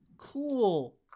Cool